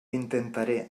intentaré